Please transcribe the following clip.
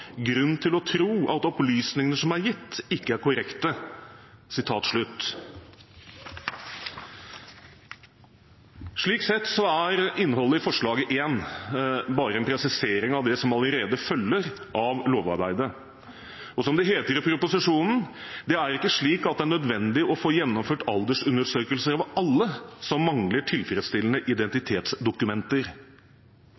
grunn til å tro at opplysningene som er gitt, ikke er korrekte. Slik sett er innholdet i forslaget bare en presisering av det som allerede følger av lovarbeidet. Og som det heter i Ot.prp. nr. 75 for 2006–2007: «Det er ikke slik at det er nødvendig å få gjennomført aldersundersøkelser av alle som mangler tilfredsstillende